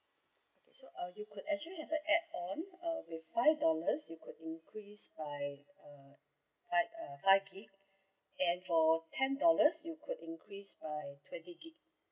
so uh you could actually have a add on uh with five dollars you could increase by uh five uh five gig and for ten dollars you could increase by twenty gig